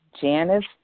Janice